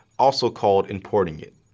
also called importing it.